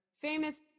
famous